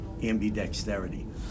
ambidexterity